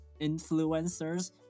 influencers